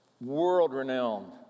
world-renowned